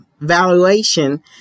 valuation